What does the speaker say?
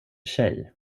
tjej